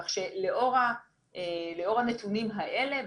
כך שלאור הנתונים האלה,